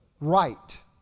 right